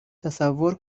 تصور